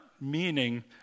meaning